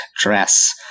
dress